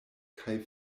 kaj